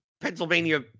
Pennsylvania